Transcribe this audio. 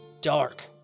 dark